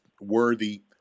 worthy